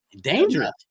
Dangerous